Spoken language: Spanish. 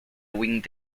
wing